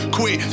Quit